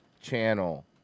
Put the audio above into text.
channel